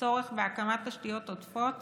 צורך בהקמת תשתיות עודפות